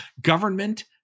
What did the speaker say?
government